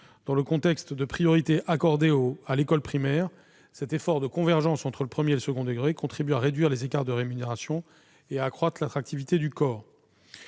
Dans le contexte de priorité accordée à l'école primaire, cet effort de convergence entre le premier et le second degré contribue à réduire les écarts de rémunération et à accroître l'attractivité du corps.